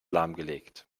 lahmgelegt